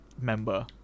member